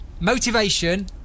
motivation